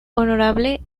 honorable